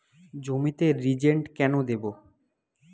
জমিতে রিজেন্ট কেন দেবো?